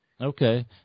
Okay